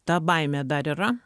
ta baimė dar yra